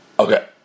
Okay